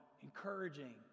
Encouraging